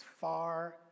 far